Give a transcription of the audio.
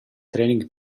training